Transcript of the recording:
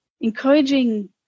encouraging